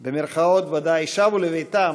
במירכאות, ודאי, שבו לביתם,